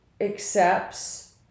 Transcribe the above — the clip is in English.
accepts